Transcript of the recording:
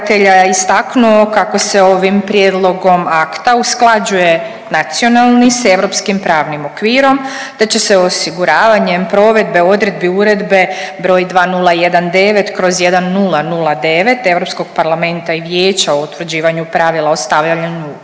istaknuo kako se ovim prijedlogom akta usklađuje nacionalni sa europskim pravnim okvirom, te će ose osiguravanjem provedbe odredbi Uredbe broj 2019/1009 Europskog parlamenta i Vijeća o utvrđivanju pravila o stavljanju